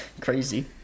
Crazy